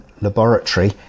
laboratory